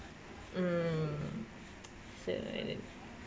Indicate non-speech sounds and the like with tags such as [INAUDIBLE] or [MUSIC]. mm [NOISE] so like that